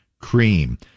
cream